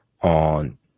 on